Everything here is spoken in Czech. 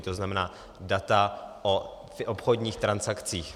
To znamená data o obchodních transakcích.